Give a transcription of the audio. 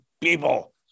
people